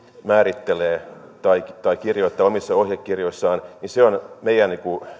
määrittelee tai tai kirjoittaa omissa ohjekirjoissaan on meidän